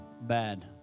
bad